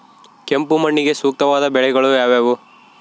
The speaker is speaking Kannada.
ಕೆಂಪು ಮಣ್ಣಿಗೆ ಸೂಕ್ತವಾದ ಬೆಳೆಗಳು ಯಾವುವು?